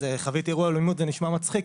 חוויתי אירוע אלימות זה נשמע מצחיק,